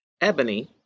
Ebony